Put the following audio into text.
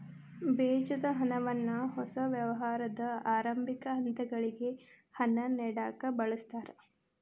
ಬೇಜದ ಹಣವನ್ನ ಹೊಸ ವ್ಯವಹಾರದ ಆರಂಭಿಕ ಹಂತಗಳಿಗೆ ಹಣ ನೇಡಕ ಬಳಸ್ತಾರ